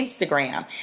Instagram